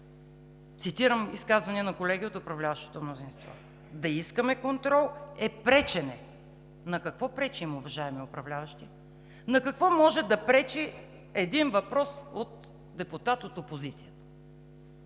цитирам изказване на колеги от управляващото мнозинство. Да искаме контрол е пречене! На какво пречим, уважаеми управляващи?! На какво може да пречи един въпрос от депутат от опозицията?!